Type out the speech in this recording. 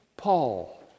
Paul